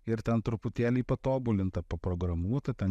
ir ten truputėlį patobulinta paprogramuota ten